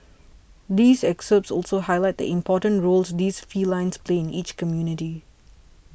these excerpts also highlight the important roles these felines play in each community